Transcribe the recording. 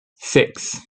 six